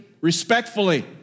respectfully